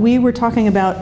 we were talking about